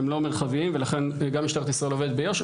הם לא מרחבים ולכן גם משטרת ישראל עובדת ביו"ש,